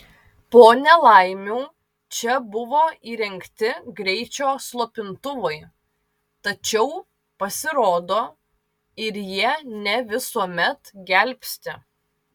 po nelaimių čia buvo įrengti greičio slopintuvai tačiau pasirodo ir jie ne visuomet gelbsti